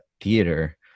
theater